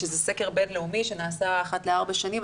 שזה סקר בינלאומי שנעשה אחת לארבע שנים,